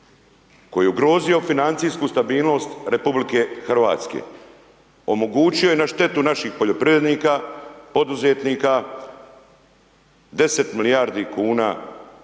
koji je ugrozio financijsku stabilnost RH omogućio je na štetu naših poljoprivrednika, poduzetnika, deset milijardi kuna